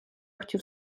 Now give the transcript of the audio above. хотів